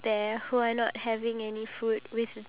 like cooked chicken meat